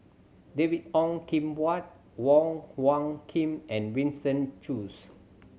David Ong Kim Huat Wong Hung Khim and Winston Choos